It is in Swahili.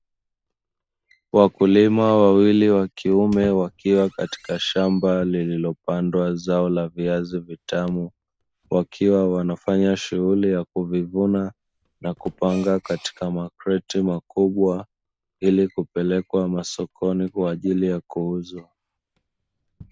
Wakulima wawili wa kiume wakiwa katika shamba lililo pandwa zao la viazi vitamu, wakiwa wanafanya shughuli ya kuvivuna na kupanga katika makreti makubwa ili kupelekwa masokoni kwa ajili ya kuuzwa.